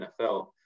NFL